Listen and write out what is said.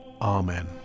Amen